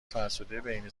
فرسوده، بهینه